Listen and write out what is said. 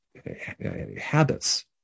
habits